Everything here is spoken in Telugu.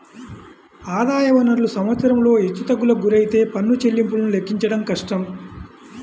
ఆదాయ వనరులు సంవత్సరంలో హెచ్చుతగ్గులకు గురైతే పన్ను చెల్లింపులను లెక్కించడం కష్టం